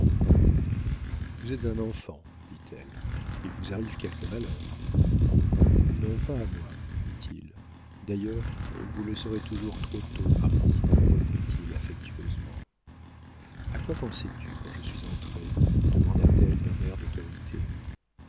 vous êtes un enfant dit-elle il vous arrive quelque malheur non pas à moi dit-il d'ailleurs vous le saurez toujours trop tôt marie reprit-il affectueusement a quoi pensais-tu quand je suis entrée demanda-t-elle d'un air d'autorité